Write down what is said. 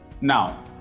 Now